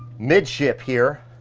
mid-ship here.